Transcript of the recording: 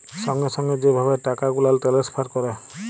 সঙ্গে সঙ্গে যে ভাবে টাকা গুলাল টেলেসফার ক্যরে